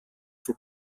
für